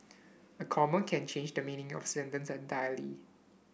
a comma can change the meaning of sentence entirely